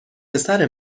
پسر